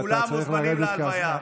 כולם מוזמנים ללוויה.